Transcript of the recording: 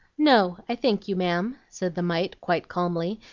no, i thank you, ma'am said the mite quite calmly,